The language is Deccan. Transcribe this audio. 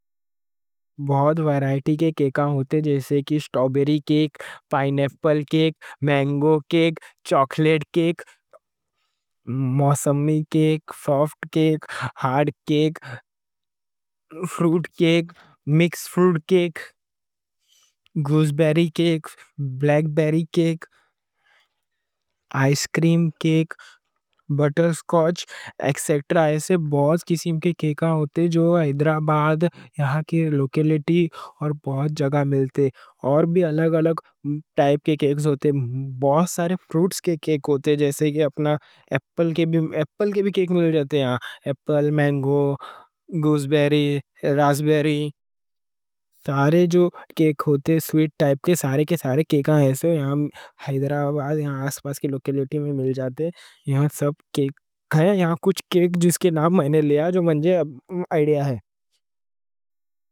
بہت ورائٹی کے کیکاں ہوتے، جیسے کہ اسٹرابیری کیک، پائن ایپل کیک، مینگو کیک، چاکلیٹ کیک، موسمی کیک، سافٹ کیک، ہارڈ کیک، فروٹ کیک، مکس فروٹ کیک، گوزبیری کیک، بلیک بیری کیک، آئس کریم کیک، بٹر سکوچ، ایٹ سیٹرا۔ ایسے بہت قسم کے کیکاں ہوتے جو حیدرآباد یہاں کے لوکیلٹی اور بہت جگہ ملتے۔ اور بھی الگ الگ ٹائپ کے کیکاں ہوتے۔ بہت سارے فروٹ کے کیک ہوتے، جیسے کہ اپنا ایپل کے بھی کیک مل جاتے، ایپل، مینگو، گوزبیری، راس بیری۔ سویٹ ٹائپ کے سارے کے سارے کیکاں حیدرآباد یہاں آس پاس کے لوکیلٹی میں مل جاتے۔ یہاں سب کیکاں ہیں۔ یہاں کچھ کیک جس کے نام میں نے لیا، جو منجے لیا ہے.